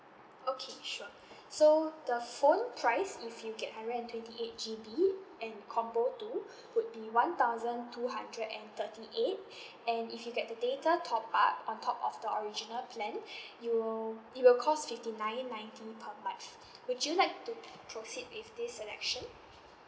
okay sure so the phone price if you get hundred and twenty eight G_B and combo two would be one thousand two hundred and thirty eight and if you get the data top up on top of the original plan you it will cost fifty nine ninety per month would you like to proceed with this selection